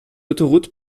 autoroute